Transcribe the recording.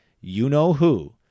you-know-who –